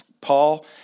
Paul